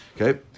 Okay